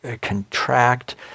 contract